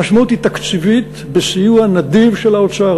המשמעות היא תקציבית, בסיוע נדיב של האוצר.